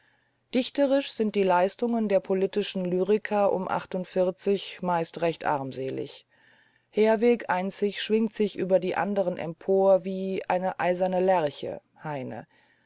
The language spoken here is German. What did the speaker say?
dichterisch sind die leistungen der politischen lyriker um meist recht armselig herweg einzig schwingt sich über die andern empor wie eine eiserne lerche heine